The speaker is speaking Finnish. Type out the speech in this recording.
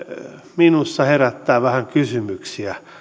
minussa herättää vähän kysymyksiä